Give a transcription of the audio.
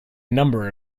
number